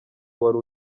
wari